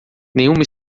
nenhuma